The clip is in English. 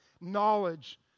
knowledge